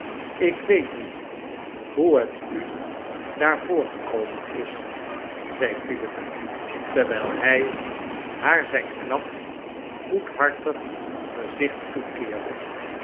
ik weet niet hoe het u daar voorgekomen is zei philip terwijl hij haar zijn knap goedhartig gezicht toekeerde